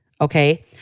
Okay